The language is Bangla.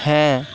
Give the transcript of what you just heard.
হ্যাঁ